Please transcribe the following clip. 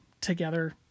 together